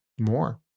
more